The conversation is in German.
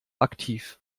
aktiv